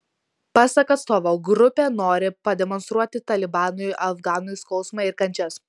pasak atstovo grupė nori pademonstruoti talibanui afganų skausmą ir kančias